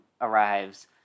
arrives